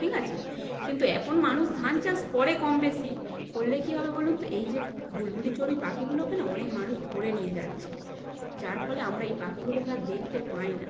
ঠিক আছে কিন্তু এখন মানুষ ধান চাষ করে কম বেশি করলে কী হবে বলুন তো এই যে বুলবুলি চড়ুই পাখিগুলোকে না অনেক মানুষ ধরে নিয়ে যাচ্ছে যার ফলে আমরা এই পাখিগুলোকে আর দেখতে পাই না